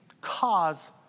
cause